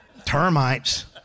termites